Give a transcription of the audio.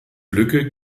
lücke